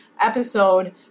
episode